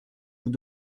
vous